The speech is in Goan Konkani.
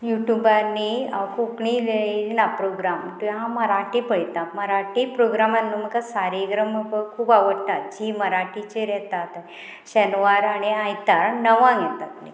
युट्यूबानी हांव कोंकणी येयला प्रोग्राम हांव मराठी पळयतां मराठी प्रोग्रामान म्हाका सा रे ग म प खूब आवडटा झी मराठीचेर येतात शेनवार आनी आयतार णवांक येतात